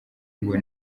ngo